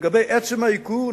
לגבי עצם הייקור,